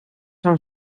han